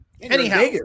Anyhow